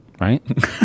Right